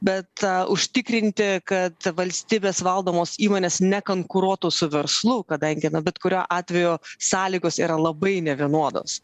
bet užtikrinti kad valstybės valdomos įmonės nekonkuruotų su verslu kadangi bet kuriuo atveju sąlygos yra labai nevienodos